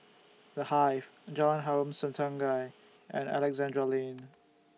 The Hive Jalan Harom Setangkai and Alexandra Lane